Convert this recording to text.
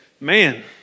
Man